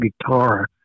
guitar